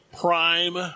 prime